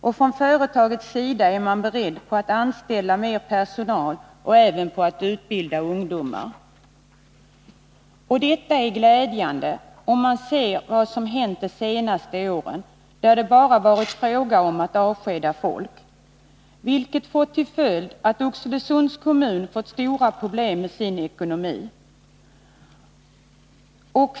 Och från företagets sida är man beredd att anställa mer personal och även att utbilda ungdomar. Detta är glädjande, om man jämför med vad som har hänt de senaste åren, då det bara varit fråga om avskedanden. Detta har fått till följd att Oxelösunds kommun fått stora problem med sin ekonomi.